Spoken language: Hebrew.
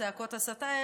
צעקות ההסתה,